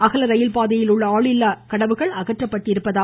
அகல ரயில் பாதையில் உள்ள ஆளில்லா கடவுகள் அகற்றப்பட்டுள்ளன